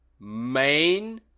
main